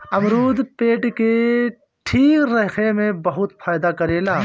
अमरुद पेट के ठीक रखे में बहुते फायदा करेला